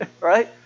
right